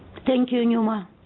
thinking a lot